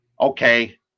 Okay